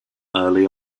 early